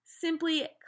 simply